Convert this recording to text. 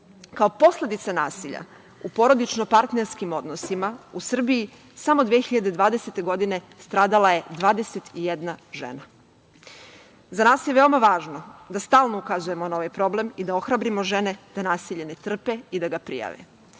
posledica nasilja u porodično-partnerskim odnosima u Srbiji samo 2020. godine stradala je 21 žena. Za nas je veoma važno da stalno ukazujemo na ovaj problem i da ohrabrimo žene da nasilje ne trpe i da ga prijave. Mi